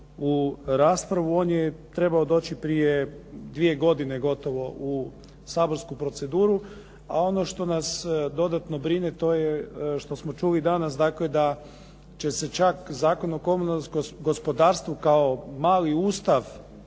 u raspravu. On je trebao doći prije dvije godine gotovo u saborsku proceduru a ono što nas dodatno brine to je što smo čuli danas, dakle da će se čak Zakon o komunalnom gospodarstvu kao mali ustav